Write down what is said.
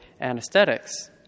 anesthetics